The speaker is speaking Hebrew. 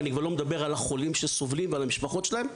אני כבר לא מדבר על החולים שסובלים ועל המשפחות שלהם.